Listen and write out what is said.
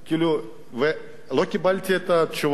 לא קיבלתי את התשובה